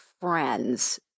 friends